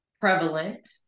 prevalent